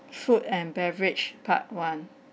food and beverage part one